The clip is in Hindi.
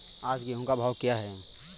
आज गेहूँ का भाव क्या है?